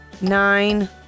Nine